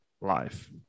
life